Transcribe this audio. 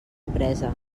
empresa